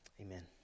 Amen